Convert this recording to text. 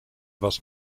was